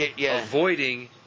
avoiding